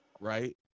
right